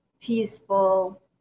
peaceful